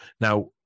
Now